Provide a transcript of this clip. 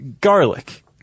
Garlic